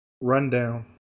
Rundown